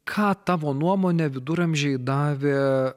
ką tavo nuomone viduramžiai davė